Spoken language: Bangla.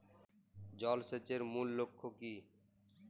জল সেচের মূল লক্ষ্য কী?